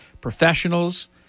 professionals